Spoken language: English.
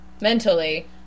mentally